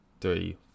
three